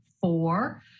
four